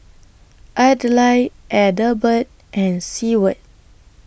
Adlai Adelbert and Seward